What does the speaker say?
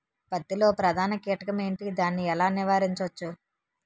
పత్తి లో ప్రధాన కీటకం ఎంటి? దాని ఎలా నీవారించచ్చు?